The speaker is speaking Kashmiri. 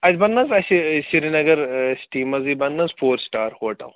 اَتہِ بنٛنہٕ حظ اَسہِ سِریٖنگر سِٹی منٛزٕے بنٛنہٕ حظ فور سِٹار ہوٹَل